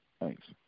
Thanks